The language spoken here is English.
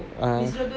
ah